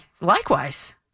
likewise